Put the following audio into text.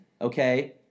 okay